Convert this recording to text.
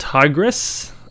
Tigress